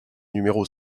numéro